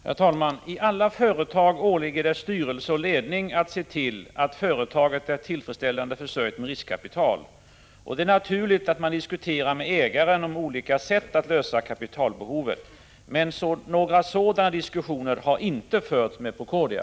Herr talman! I alla företag åligger det styrelse och ledning att se till att företaget gör tillfredsställande försök med riskkapital. Det är naturligt att man med ägaren diskuterar olika sätt att lösa kapitalbehovet. Men några sådana diskussioner har inte förts med Procordia.